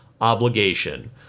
obligation